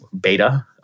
beta